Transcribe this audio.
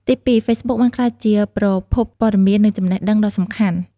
ទីពីរ ហ្វេសប៊ុកបានក្លាយជា ប្រភពព័ត៌មាន និងចំណេះដឹង ដ៏សំខាន់។